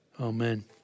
Amen